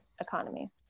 economy